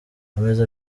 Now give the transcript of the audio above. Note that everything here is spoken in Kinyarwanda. ameza